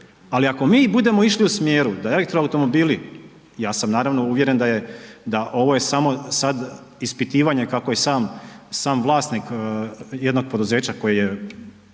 ali ako mi budemo išli u smjeru da elektro automobili, ja sam naravno uvjeren da je, da ovo je samo sad ispitivanje kako je sam, sam vlasnik jednog poduzeća koji je